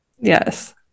Yes